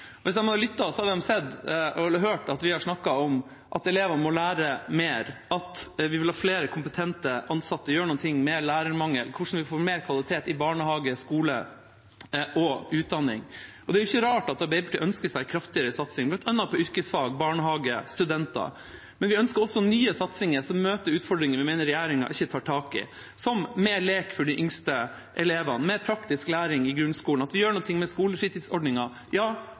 fram. Hvis de hadde lyttet, hadde de hørt at vi har snakket om at elevene må lære mer, og at vi vil ha flere kompetente ansatte, gjøre noe med lærermangelen og få mer kvalitet i barnehage, skole og utdanning. Det er jo ikke rart at Arbeiderpartiet ønsker seg kraftigere satsing bl.a. på yrkesfag, barnehage og studenter, men vi ønsker også nye satsinger som møter utfordringer vi mener regjeringa ikke tar tak i – som mer lek for de yngste elevene, mer praktisk læring i grunnskolen, det å gjøre noe med skolefritidsordningen, og det å ha skolemat for alle elever. Det vil vi i tillegg til at